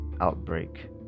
outbreak